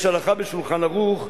יש הלכה ב'שולחן ערוך',